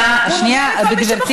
גברתי.